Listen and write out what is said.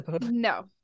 no